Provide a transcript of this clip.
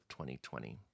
2020